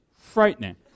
frightening